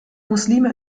muslime